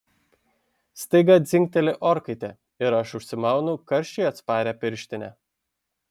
staiga dzingteli orkaitė ir aš užsimaunu karščiui atsparią pirštinę